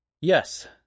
Yes